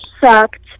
sucked